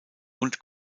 und